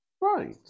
Right